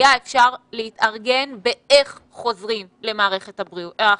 היה אפשר להתארגן באיך חוזרים למערכת החינוך.